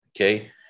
okay